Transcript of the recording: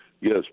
yes